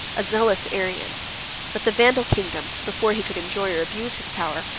a zealous arian but the vandal kingdom, before he could enjoy or abuse his power,